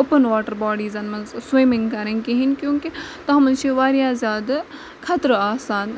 open water باڈیٖزن منٛز swimming کَرٕنۍ کِہینۍ کیوں کہِ تَتھ منٛز چھِ واریاہ زیادٕ خطرٕ آسان